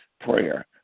prayer